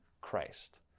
Christ